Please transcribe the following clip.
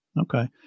Okay